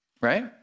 right